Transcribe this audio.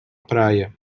praia